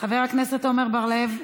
חבר הכנסת עמר בר-לב,